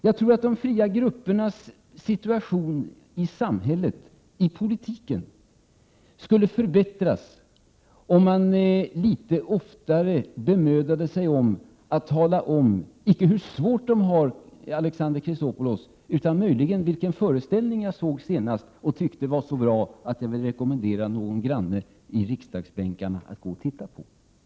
Jag tror att de fria gruppernas situation i samhället och i politiken skulle förbättras, om man litet oftare bemödade sig om att tala om icke hur svårt de har, Alexander Chrisopoulos, utan om vilken föreställning man såg senast och tyckte var så bra att man ville rekommendera någon granne i riksdagsbänken att gå och se den.